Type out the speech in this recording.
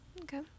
Okay